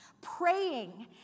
praying